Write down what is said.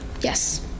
Yes